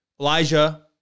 Elijah